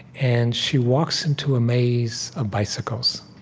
and she walks into a maze of bicycles.